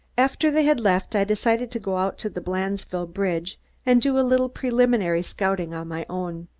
after they had left, i decided to go out to the blandesville bridge and do a little preliminary scouting on my own.